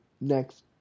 next